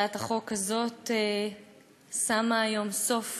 הצעת החוק הזאת שמה סוף